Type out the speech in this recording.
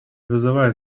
вызывает